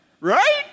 right